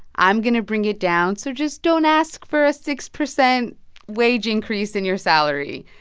i'm going to bring it down, so just don't ask for a six percent wage increase in your salary.